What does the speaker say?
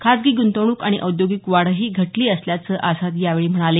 खाजगी ग्रंतवणूक आणि औद्योगिक वाढही घटली असल्याचं आझाद यावेळी म्हणाले